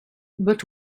but